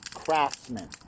craftsmen